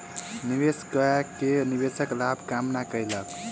निवेश कय के निवेशक लाभ के कामना कयलक